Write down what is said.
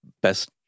best